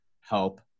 help